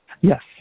Yes